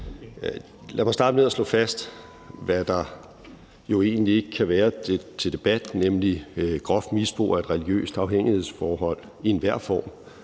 Lad mig starte med at slå fast, hvad der jo egentlig ikke kan være til debat, nemlig at groft misbrug af et religiøst afhængighedsforhold i enhver form